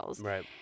Right